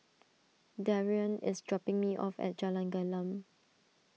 Darrian is dropping me off at Jalan Gelam